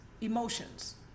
emotions